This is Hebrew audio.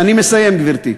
אני מסיים, גברתי.